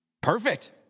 Perfect